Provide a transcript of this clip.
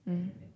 mm